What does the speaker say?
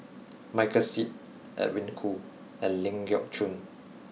Michael Seet Edwin Koo and Ling Geok Choon